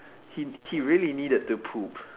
he he really needed to poop